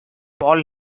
paul